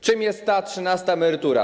Czym jest ta trzynasta emerytura?